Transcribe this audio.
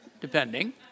depending